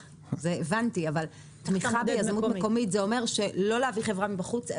תמיכה ביזמות מקומית אומר שלא מביאים חברה מבחוץ,